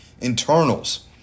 internals